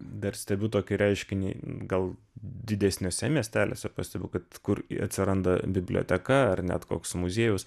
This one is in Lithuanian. dar stebiu tokį reiškinį gal didesniuose miesteliuose pastebiu kad kur atsiranda biblioteka ar net koks muziejus